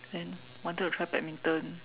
and then wanted to try badminton